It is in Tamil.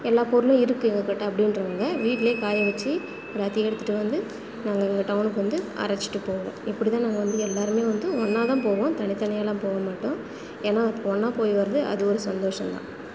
எல்லா பொருளும் இருக்குது எங்ககிட்ட அப்படின்றவுங்க வீட்லையே காய வச்சு எல்லாத்தையும் எடுத்துகிட்டு வந்து நாங்கள் இங்கே டவுனுக்கு வந்து அரைச்சுட்டு போவோம் இப்படிதான் நாங்கள் வந்து எல்லோருமே வந்து ஒன்றாதான் போவோம் தனித்தனியாலாம் போக மாட்டோம் ஏன்னால் ஒன்றா போய் வரது அது ஒரு சந்தோஷம்தான்